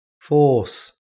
force